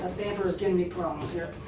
damper is giving me problems here.